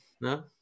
No